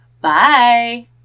Bye